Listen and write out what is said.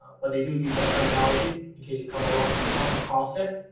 but they do use that terminology in case you come along, come across it,